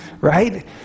right